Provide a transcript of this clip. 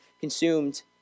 consumed